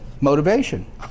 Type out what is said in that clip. motivation